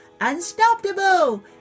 unstoppable